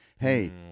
hey